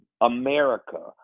America